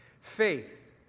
Faith